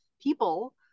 people